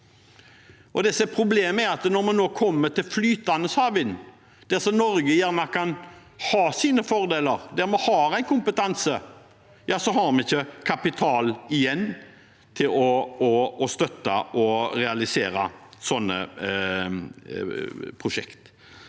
problemet, er at når man nå kommer til flytende havvind, der Norge kan ha sine fordeler, der vi har en kompetanse, har vi ikke kapital igjen til å støtte og realisere sånne prosjekter.